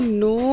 no